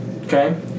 Okay